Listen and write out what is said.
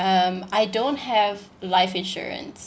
um I don't have life insurance